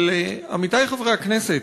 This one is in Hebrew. אבל, עמיתי חברי הכנסת,